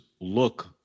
look